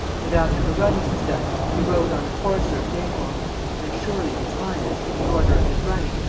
and after the running was done, he rode on a courser of naples and surely his highness, in the order of his running,